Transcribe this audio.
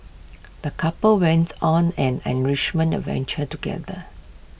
the couple went on an enrichment adventure together